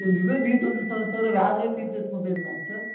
sir Vivo V twenty seven தவிர வேறு எதாவது ஃபியூச்சர்ஸ் மொபைல் இருக்காங்க சார்